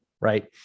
right